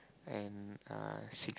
and uh six